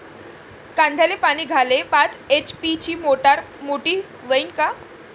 कांद्याले पानी द्याले पाच एच.पी ची मोटार मोटी व्हईन का?